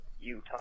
Utah